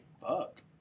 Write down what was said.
Fuck